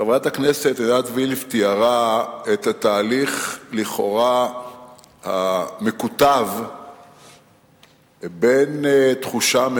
חברת הכנסת עינת וילף תיארה את התהליך הלכאורה מקוטב בין תחושה,